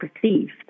perceived